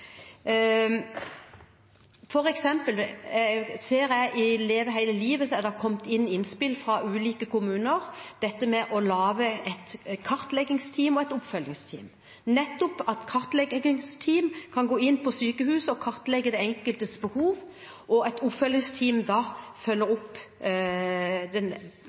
ser f.eks. at det i forbindelse med arbeidet med reformen Leve hele livet er kommet inn innspill, fra ulike kommuner, om dette med å lage kartleggingsteam og oppfølgingsteam. Kartleggingsteam kan gå inn på sykehusene og kartlegge den enkeltes behov. Oppfølgingsteam skal følge opp